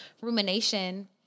rumination